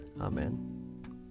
Amen